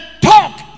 talk